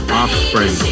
offspring